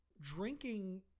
Drinking